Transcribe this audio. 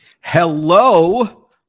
Hello